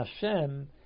Hashem